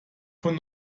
von